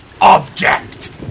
object